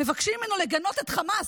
מבקשים ממנו לגנות את חמאס,